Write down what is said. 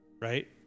right